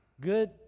Good